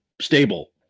stable